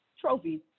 trophies